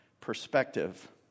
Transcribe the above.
perspective